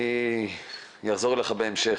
אני אחזור אליך בהמשך.